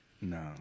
No